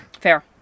fair